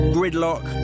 Gridlock